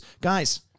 Guys